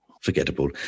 Forgettable